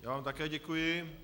Já vám také děkuji.